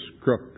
crook